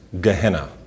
Gehenna